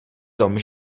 tom